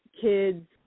kid's